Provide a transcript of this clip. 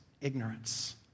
ignorance